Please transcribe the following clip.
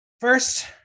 First